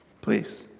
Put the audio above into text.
Please